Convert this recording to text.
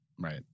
Right